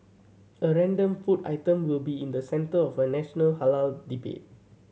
a random food item will be in the centre of a national halal debate